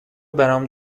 برام